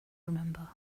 remember